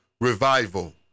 Revival